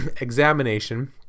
examination